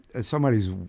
Somebody's